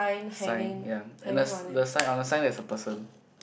sign ya and the si~ the sign on the sign there's a person